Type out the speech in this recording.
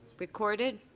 recorded.